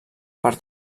per